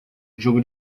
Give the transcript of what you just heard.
jogo